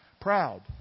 Proud